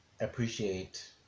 appreciate